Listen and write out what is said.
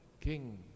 king